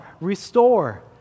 restore